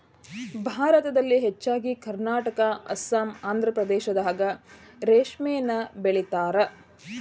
ಭಾರತದಲ್ಲಿ ಹೆಚ್ಚಾಗಿ ಕರ್ನಾಟಕಾ ಅಸ್ಸಾಂ ಆಂದ್ರಪ್ರದೇಶದಾಗ ರೇಶ್ಮಿನ ಬೆಳಿತಾರ